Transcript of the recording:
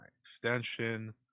extension